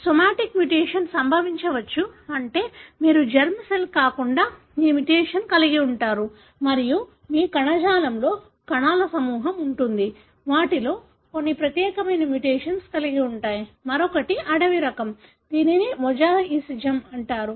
కానీ somatic mutation సంభవించవచ్చు అంటే మీరు జెర్మ్ సెల్ కాకుండా మీ మ్యుటేషన్ కలిగి ఉంటారు మరియు మీ కణజాలంలో కణాల సమూహం ఉంటుంది వాటిలో కొన్ని ప్రత్యేకమైన మ్యుటేషన్ కలిగి ఉంటాయి మరొకటి అడవి రకం దీనిని మొజాయిసిజం అంటారు